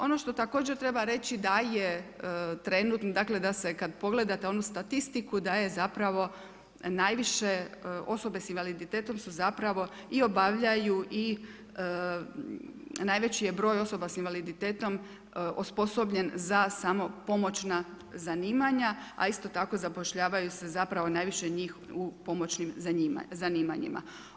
Ono što također treba reći da je trend, dakle da se kad pogledate onu statistiku, da je zapravo najviše osoba s invaliditetom su zapravo i obavljaju i najveći je broj osoba s invaliditetom osposobljen za samo pomoćna zanimanja a isto tako zapošljavaju se zapravo najviše u pomoćnim zanimanjima.